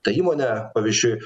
ta įmonė pavyzdžiui